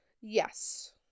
yes